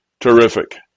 terrific